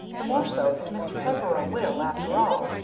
the more so that mr. peveril will, after all,